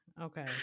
Okay